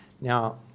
Now